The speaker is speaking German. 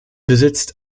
besitzt